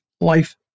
life